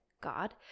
god